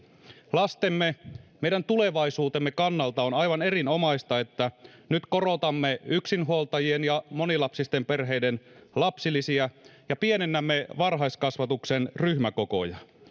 lastemme ja meidän tulevaisuutemme kannalta on aivan erinomaista että nyt korotamme yksinhuoltajien ja monilapsisten perheiden lapsilisiä ja pienennämme varhaiskasvatuksen ryhmäkokoja